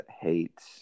hates